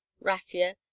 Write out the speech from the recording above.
raffia